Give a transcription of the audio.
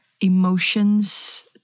emotions